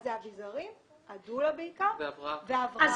אביזרים, על דולה בעיקר, והבראה.